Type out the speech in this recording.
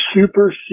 super